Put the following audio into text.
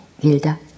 Gilda